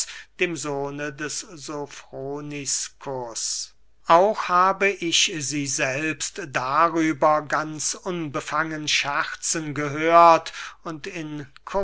dem sohne des sofroniskus auch habe ich sie selbst darüber ganz unbefangen scherzen gehört und